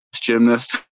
gymnast